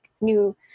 new